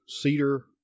cedar